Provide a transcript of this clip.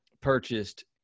purchased